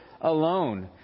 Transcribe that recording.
alone